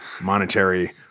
monetary